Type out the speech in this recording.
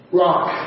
rock